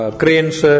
cranes